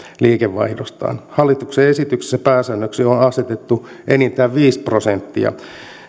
liikevaihdostaan hallituksen esityksessä pääsäännöksi on on asetettu enintään viisi prosenttia